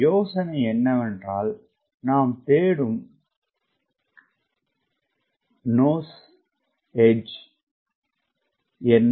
யோசனை என்னவென்றால் நாம் தேடும் மூக்கு ஆரம் என்ன